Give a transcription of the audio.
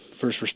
first